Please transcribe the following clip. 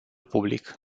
public